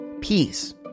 peace